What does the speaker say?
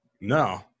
No